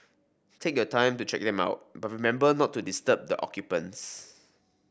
take your time to check them out but remember not to disturb the occupants